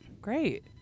great